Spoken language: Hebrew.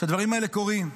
שהדברים האלה קורים,